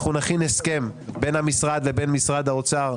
אנחנו נכין הסכם בין המשרד לבין משרד האוצר,